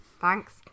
Thanks